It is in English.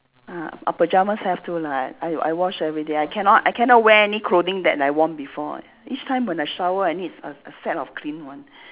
ah ah pajamas have to lah I I wash everyday I cannot I cannot wear any clothing that I worn before each time when I shower I need a a set of clean one